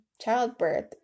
childbirth